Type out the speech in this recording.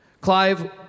Clive